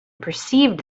perceived